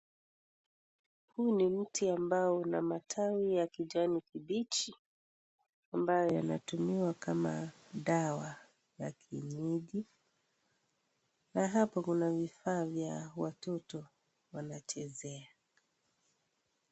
Huu ni mti ambao una matawi ya kijani kibichi, ambayo yanatumiwa kama dawa ya kienyenji, na hapa kuna vifaa vya watoto wanachezea.